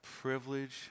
privilege